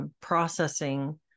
processing